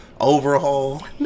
overhaul